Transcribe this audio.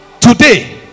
today